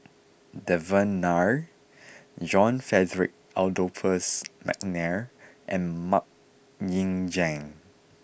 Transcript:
Devan Nair John Frederick Adolphus McNair and Mok Ying Jang